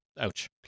Ouch